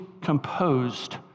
composed